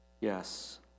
yes